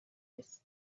size